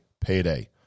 payday